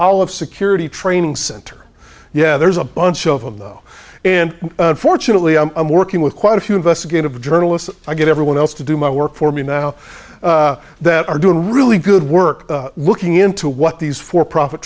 olive security training center yeah there's a bunch of though and fortunately i'm working with quite a few investigative journalists i get everyone else to do my work for me now that are doing really good work looking into what these for profit